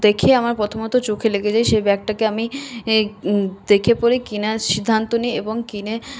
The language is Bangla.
দেখেই আমার প্রথমত চোখে লেগে যায় সেই ব্যাগটাকে আমি দেখে পরেই কিনার সিদ্ধান্ত নি এবং কিনে